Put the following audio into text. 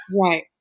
Right